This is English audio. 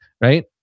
Right